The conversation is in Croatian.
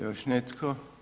Još netko?